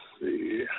see